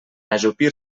ajupir